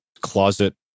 closet